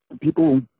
People